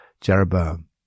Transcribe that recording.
Jeroboam